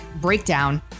breakdown